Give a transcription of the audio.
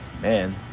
Man